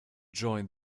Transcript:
join